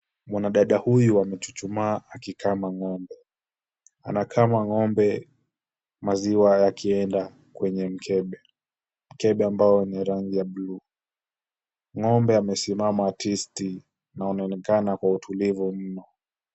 Mwanadada huyu amechuchumaa akikama ng'ombe. Anakama ng'ombe maziwa haya yakienda kwenye mkebe, mkebe ambao ni rangi ya blue . Ng'ombe amesimama tisti na anaonekana kuwa mtulivu mno.